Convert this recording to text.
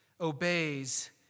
obeys